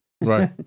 Right